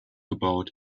about